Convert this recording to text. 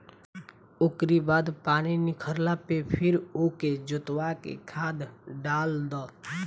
ओकरी बाद पानी निखरला पे फिर ओके जोतवा के खाद डाल दअ